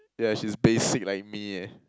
yeah she's basic like me eh